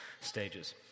stages